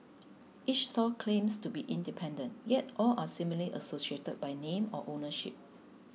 each stall claims to be independent yet all are seemingly associated by name or ownership